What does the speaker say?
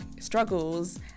struggles